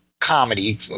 comedy